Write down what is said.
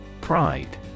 Pride